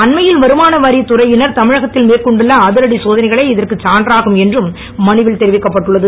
அண்மையில் வருமானவரித் துறையினர் தமிழகத்தில் மேற்கொண்ட அதிரடி சோதனைகளே இதற்குச் சான்றாகும் என்றும் மனுவில் தெரிவிக்கப் பட்டுன்ளது